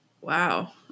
Wow